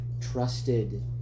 trusted